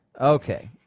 Okay